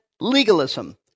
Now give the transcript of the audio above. legalism